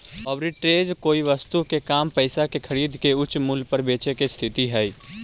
arbitrage कोई वस्तु के कम पईसा पर खरीद के उच्च मूल्य पर बेचे के स्थिति हई